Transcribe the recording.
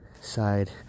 side